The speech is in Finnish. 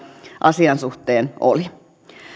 asian suhteen oli